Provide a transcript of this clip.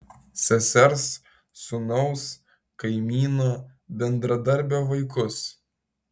sesers sūnaus kaimyno bendradarbio vaikus